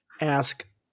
ask